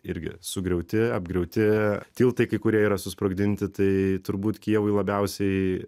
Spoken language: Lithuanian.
irgi sugriauti apgriauti tiltai kurie yra susprogdinti tai turbūt kijevui labiausiai